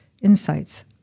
Insights